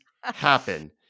happen